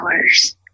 hours